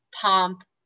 pomp